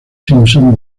simpsons